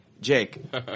Jake